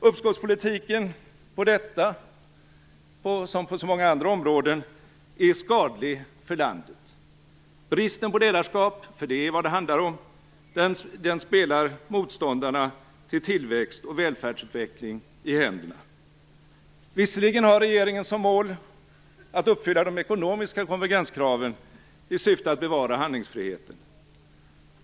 Uppskovspolitiken på detta område, liksom på så många andra, är skadlig för landet. Bristen på ledarskap - det är vad det handlar om - spelar motståndarna till tillväxt och välfärdsutveckling i händerna. Visserligen har regeringen som mål att uppfylla de ekonomiska konvergenskraven i syfte att bevara handlingsfriheten.